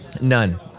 None